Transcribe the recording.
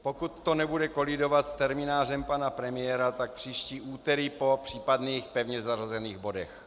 Pokud to nebude kolidovat s terminářem pana premiéra, tak příští úterý po případných pevně zařazených bodech.